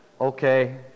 okay